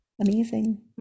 Amazing